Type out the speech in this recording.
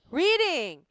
reading